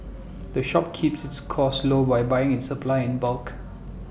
the shop keeps its costs low by buying its supplies in bulk